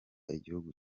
igihugu